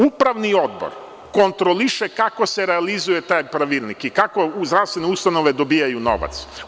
Upravni odbor kontroliše kako se realizuje taj pravilnik i kako zdravstvene ustanove dobijaju novac.